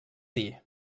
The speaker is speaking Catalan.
dir